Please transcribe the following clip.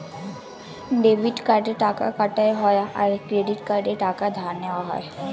debit কার্ডে টাকা কাটা হয় আর ক্রেডিট কার্ডে টাকা ধার নেওয়া হয়